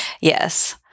Yes